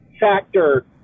factor